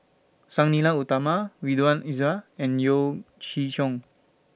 Sang Nila Utama Ridzwan Dzafir and Yeo Chee Kiong